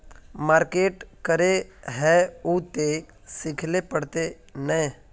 Market करे है उ ते सिखले पड़ते नय?